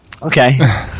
Okay